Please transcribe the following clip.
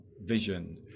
vision